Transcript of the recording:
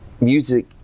Music